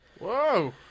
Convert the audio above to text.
Whoa